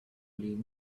leave